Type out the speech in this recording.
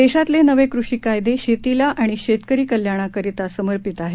देशातले नवे कृषी कायदे शेतीला आणि शेतकरी कल्याणाकरिता समपिंत आहेत